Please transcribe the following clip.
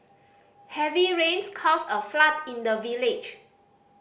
heavy rains caused a flood in the village